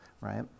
right